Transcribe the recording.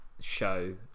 show